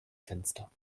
fenster